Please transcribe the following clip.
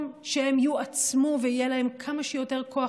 שהם יועצמו ויהיה להם כמה שיותר כוח,